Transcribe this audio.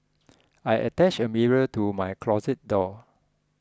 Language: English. I attached a mirror to my closet door